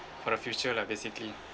for the future lah basically